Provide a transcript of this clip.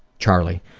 charlie,